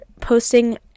posting